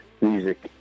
music